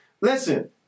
Listen